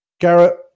Garrett